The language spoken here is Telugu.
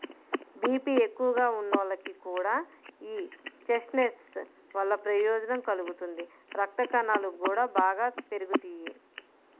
బీపీ ఎక్కువగా ఉన్నోళ్లకి కూడా యీ చెస్ట్నట్స్ వల్ల ప్రయోజనం కలుగుతుంది, రక్తకణాలు గూడా బాగా పెరుగుతియ్యి